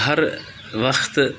ہر وقتہٕ